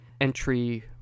entry